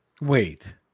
Wait